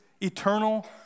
eternal